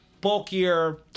bulkier